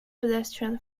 pedestrian